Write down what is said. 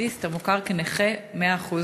אוטיסט המוכר כנכה 100%,